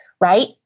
right